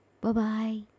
Bye-bye